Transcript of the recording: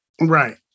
Right